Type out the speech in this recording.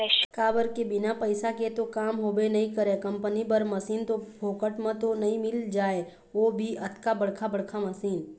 काबर के बिना पइसा के तो काम होबे नइ करय कंपनी बर मसीन तो फोकट म तो नइ मिल जाय ओ भी अतका बड़का बड़का मशीन